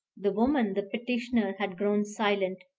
the woman, the petitioner, had grown silent,